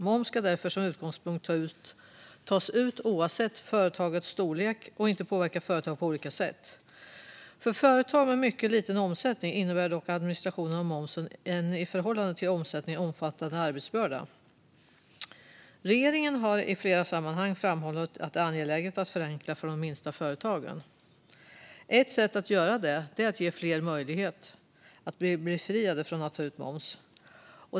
Moms ska därför som utgångspunkt tas ut oavsett ett företags storlek och inte påverka företag på olika sätt. För företag med mycket liten omsättning innebär dock administrationen av momsen en i förhållande till omsättningen omfattande arbetsbörda. Regeringen har i flera sammanhang framhållit att det är angeläget att förenkla för de minsta företagen. Ett sätt att göra det är att ge fler möjlighet att bli befriade från att ta ut moms.